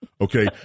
Okay